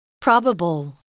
Probable